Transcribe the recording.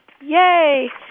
Yay